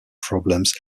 problems